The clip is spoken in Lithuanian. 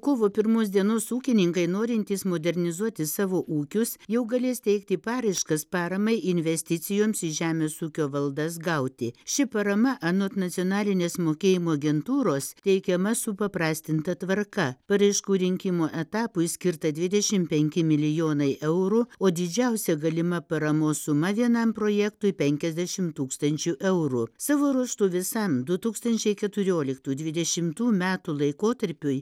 kovo pirmos dienos ūkininkai norintys modernizuoti savo ūkius jau galės teikti paraiškas paramai investicijoms į žemės ūkio valdas gauti ši parama anot nacionalinės mokėjimo agentūros teikiama supaprastinta tvarka paraiškų rinkimo etapui skirta dvidešim penki milijonai eurų o didžiausia galima paramos suma vienam projektui penkiasdešim tūkstančių eurų savo ruožtu visam du tūkstančiai keturioliktų dvidešimtų metų laikotarpiui